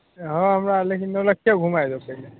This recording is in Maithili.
हँ हमरा लेकिन नौलक्खे घुमाय दहो पहिले